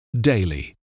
daily